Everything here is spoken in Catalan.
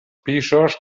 pisos